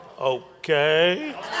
Okay